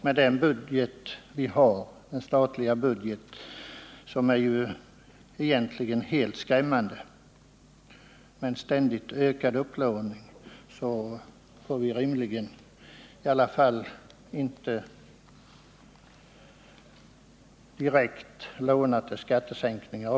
Med den statliga budget som vi har — som egentligen är helt skrämmande med ständigt ökad upplåning — får vi rimligen inte, i varje fall inte direkt, låna även till skattesänkningar.